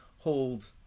hold